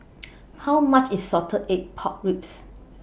How much IS Salted Egg Pork Ribs